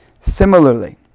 Similarly